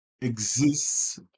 exists